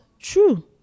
true